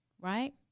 Right